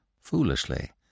foolishly